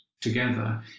together